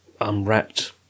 unwrapped